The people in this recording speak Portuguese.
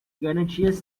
garantias